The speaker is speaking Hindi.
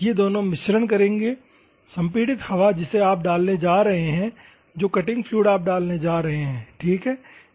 ये दोनों मिश्रण करेंगे संपीड़ित हवा जिसे आप डालने जा रहे हैं और जो कटिंग फ्लूइड आप डालने जा रहे हैं ठीक है